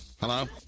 Hello